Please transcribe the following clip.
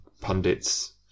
pundits